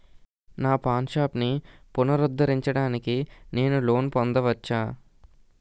నా పాన్ షాప్ని పునరుద్ధరించడానికి నేను లోన్ పొందవచ్చా?